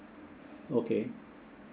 okay